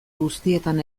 guztietan